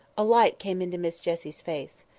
a light came into miss jessie's face.